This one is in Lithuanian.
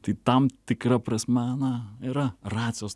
tai tam tikra prasme na yra racijos